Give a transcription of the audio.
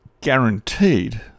guaranteed